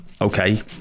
Okay